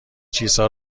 چیزها